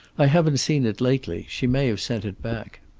i haven't seen it lately she may have sent it back.